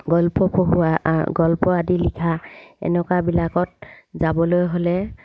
গল্প পঢ়োৱা গল্প আদি লিখা এনেকুৱাবিলাকত যাবলৈ হ'লে